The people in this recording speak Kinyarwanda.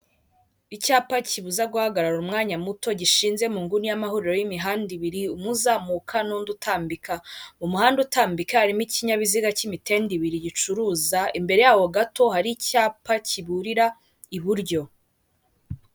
Icyapa kibuza guhagarara umwanya muto gishinze mu nguni y'amahuriro y'imihanda ibiri umwe uzamuka n'ndi utambika, umuhanda utambika harimo ikinyabiziga cy'imitende ibiri gicuruza imbere yawo gato hari icyapa kiburira iburyo.